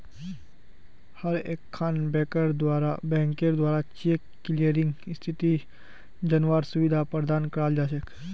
हर एकखन बैंकेर द्वारा चेक क्लियरिंग स्थिति जनवार सुविधा प्रदान कराल जा छेक